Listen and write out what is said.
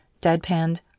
Deadpanned